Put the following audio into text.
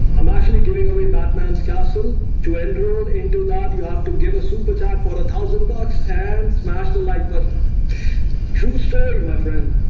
i'm actually giving away batman's castle to enter it into that you have to give a super type for a thousand bucks and smash the like button true spared my friend